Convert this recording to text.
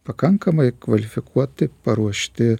pakankamai kvalifikuoti paruošti